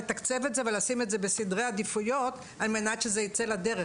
לתקצב את זה ולשים את זה בסדרי עדיפויות על מנת שזה יצא לדרך.